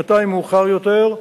שנתיים מאוחר יותר,